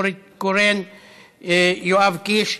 נורית קורן ויואב קיש,